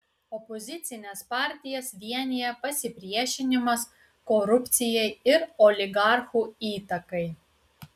opozicines partijas vienija pasipriešinimas korupcijai ir oligarchų įtakai